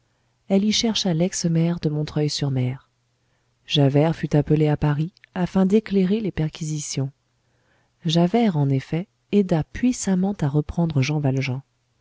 elle y chercha lex maire de montreuil sur mer javert fut appelé à paris afin d'éclairer les perquisitions javert en effet aida puissamment à reprendre jean valjean